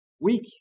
Weak